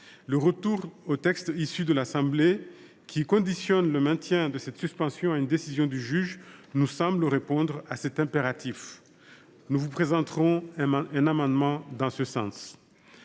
Le retour au texte issu de l’Assemblée nationale, qui conditionne le maintien de cette suspension à une décision du juge, nous semble répondre à cet impératif. Nous vous présenterons un amendement dans ce sens,